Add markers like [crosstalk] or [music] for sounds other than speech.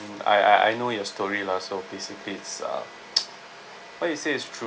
mm I I I know your story lah so basically it's um [noise] what you say is true